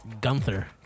Gunther